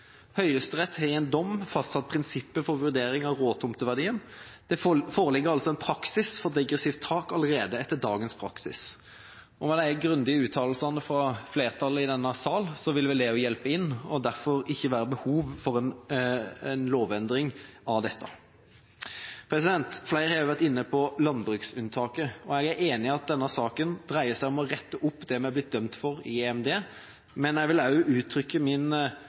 Høyesterett har i en dom fastsatt prinsipper for vurdering av råtomteverdien. Det foreligger altså en praksis for degressivt tak allerede etter dagens praksis. Med de grundige uttalelsene fra flertallet i denne sal vil vel det også hjelpe og derfor ikke gi behov for noen lovendring. Flere har også vært inne på landbruksunntaket. Jeg er enig i at denne saken dreier seg om å rette opp det vi er blitt dømt for i EMD, men jeg vil også uttrykke min